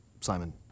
Simon